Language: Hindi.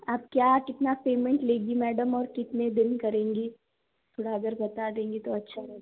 आप क्या कितना पेमेंट लेंगी मैडम और कितने दिन करेंगी थोड़ा अगर बता देंगी तो अच्छा रहे